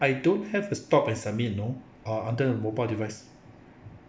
I don't have a stop and submit you know ah under mobile device